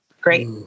great